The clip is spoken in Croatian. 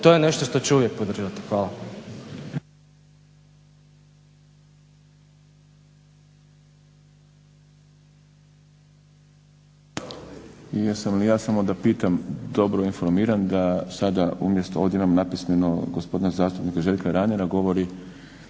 to je nešto što ću uvijek podržavati. Hvala.